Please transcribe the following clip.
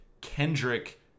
Kendrick